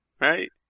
right